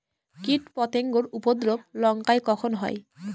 কীটপতেঙ্গর উপদ্রব লঙ্কায় কখন হয়?